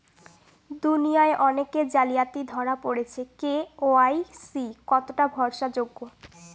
দুনিয়ায় অনেক জালিয়াতি ধরা পরেছে কে.ওয়াই.সি কতোটা ভরসা যোগ্য?